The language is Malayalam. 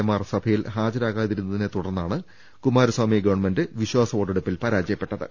എമാർ സഭയിൽ ഹാജ രാവാതിരുന്നതിനെത്തുടർന്നാണ് കുമാരസ്വാമി ഗവൺമെന്റ് വിശ്വാസ വോട്ടെടുപ്പിൽ പരാജയപ്പെട്ടത്